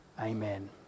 Amen